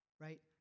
right